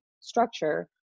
structure